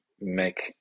make